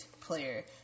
player